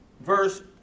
verse